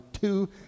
two